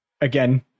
again